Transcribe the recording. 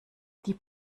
die